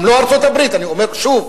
גם לא ארצות-הברית, אני אומר שוב.